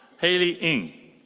hayley ng.